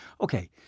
Okay